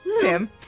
Tim